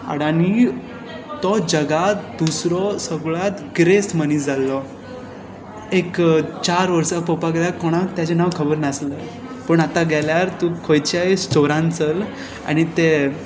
अडानी तो जगांत दुसरो सगळ्यांत गिरेस्त मनीस जाल्लो एक चार वर्सां पळोवपाक गेल्यार कोणाक ताचें नांव खबर नासलें पूण आतां गेल्यार तूं खंयच्याय स्टोरांत चल आनी ते